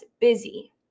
busy